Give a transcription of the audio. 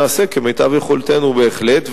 נעשה כמיטב יכולתנו, בהחלט.